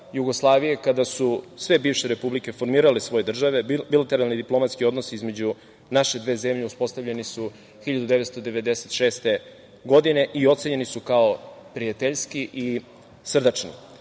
kada su sve bivše republike formirale svoje države, bilateralni diplomatski odnosi između naše dve zemlje uspostavljeni su 1996. godine i ocenjeni su kao prijateljski i srdačni.